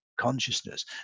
consciousness